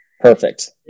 Perfect